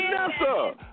Vanessa